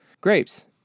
Grapes